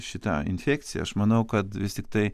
šita infekcija aš manau kad vis tiktai